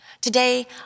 Today